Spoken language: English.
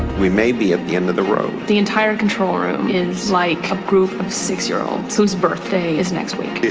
we may be at the end of the road. the entire control room is like a group of six-year-olds whose birthday is next week.